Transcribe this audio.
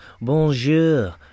bonjour